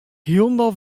hielendal